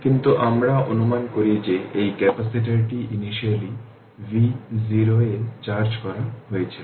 কিন্তু আমরা অনুমান করি যে এই ক্যাপাসিটরটি ইনিশিয়াললি v0 এ চার্জ করা হয়েছিল